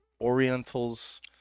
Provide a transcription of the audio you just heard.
Orientals